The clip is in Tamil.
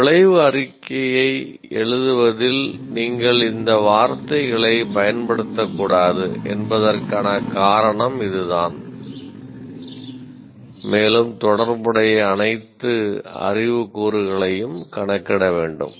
ஒரு விளைவு அறிக்கையை எழுதுவதில் நீங்கள் இந்த வார்த்தைகளை பயன்படுத்தக்கூடாது என்பதற்கான காரணம் இதுதான் மேலும் தொடர்புடைய அனைத்து அறிவு கூறுகளையும் கணக்கிட வேண்டும்